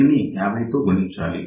దీనిని 50 తో గుణించాలి